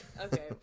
Okay